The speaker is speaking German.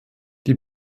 die